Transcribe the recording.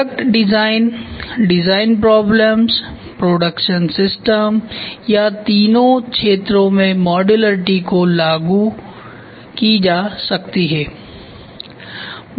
product design design problems production systems या तीनों क्षेत्रों में मॉड्यूलरिटी लागू की जा सकती है